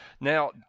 Now